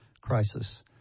crisis